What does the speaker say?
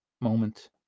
moment